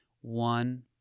one